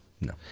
No